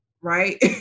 right